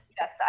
Yes